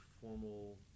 formal